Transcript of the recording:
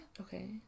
Okay